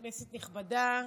כנסת נכבדה,